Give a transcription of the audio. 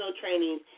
training